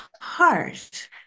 heart